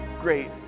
great